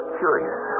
curious